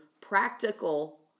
practical